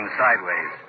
sideways